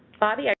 bobby, ah